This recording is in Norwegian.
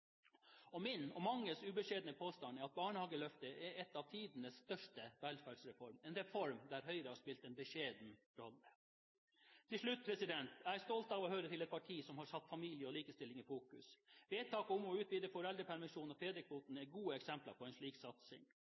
området. Min og manges ubeskjedne påstand er at barnehageløftet er en av tidenes største velferdsreform, en reform der Høyre har spilt en beskjeden rolle. Til slutt: Jeg er stolt av å høre til et parti som har satt familie og likestilling i fokus. Vedtakene om å utvide foreldrepermisjonen og fedrekvoten er gode eksempler på en slik satsing